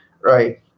Right